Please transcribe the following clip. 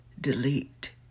delete